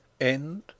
End